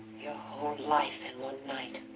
your whole life in one night?